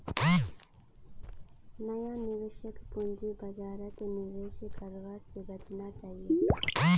नया निवेशकक पूंजी बाजारत निवेश करवा स बचना चाहिए